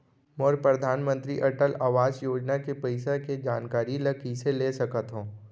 मोर परधानमंतरी अटल आवास योजना के पइसा के जानकारी ल कइसे ले सकत हो?